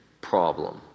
problem